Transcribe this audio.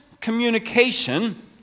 communication